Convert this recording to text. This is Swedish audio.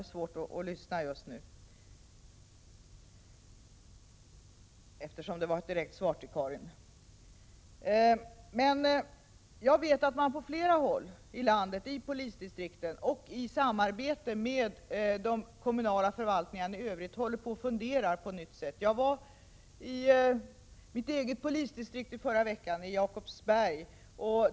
Men jag vet att man på flera håll i landet, inom polisdistrikten och i samarbete med de kommunala förvaltningarna i övrigt, håller på att fundera på ett nytt sätt. Jag besökte mitt eget polisdistrikt, Jakobsberg, i förra veckan.